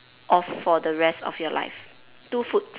off for the rest of your life two foods